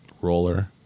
roller